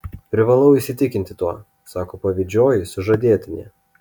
privalau įsitikinti tuo sako pavydžioji sužadėtinė